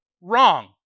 wrong